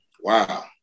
wow